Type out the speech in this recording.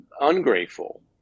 ungrateful